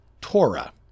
Torah